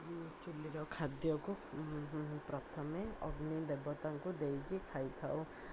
ଚୁଲିର ଖାଦ୍ୟକୁ ପ୍ରଥମେ ଅଗ୍ନି ଦେବତାଙ୍କୁ ଦେଇକି ଖାଇଥାଉ